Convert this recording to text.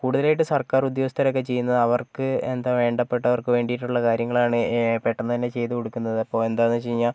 കൂടുതലായിട്ട് സർക്കാർ ഉദ്യോഗസ്ഥർ ഒക്കെ ചെയ്യുന്നത് അവർക്ക് എന്താണ് വേണ്ടപെട്ടവർക്ക് വേണ്ടിയിട്ടുള്ള കാര്യങ്ങളാണ് പെട്ടെന്ന് തന്നെ ചെയ്ത് കൊടുക്കുന്നത് അപ്പോൾ എന്താണെന്ന് വെച്ചുകഴിഞ്ഞാൽ